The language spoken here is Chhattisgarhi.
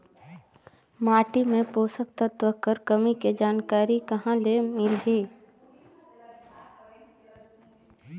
माटी मे पोषक तत्व कर कमी के जानकारी कहां ले मिलही?